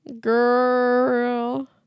girl